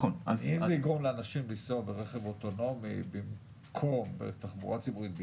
אם זה יגרום לאנשים לנסוע ברכב אוטונומי במקום בתחבורה ציבורית,